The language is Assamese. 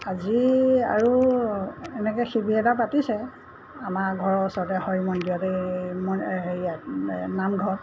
আজি আৰু এনেকৈ শিবিৰ এটা পাতিছে আমাৰ ঘৰৰ ওচৰতে হৰি মন্দিৰতে হেৰিয়াত নামঘৰত